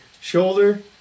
shoulder